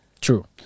True